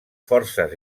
forces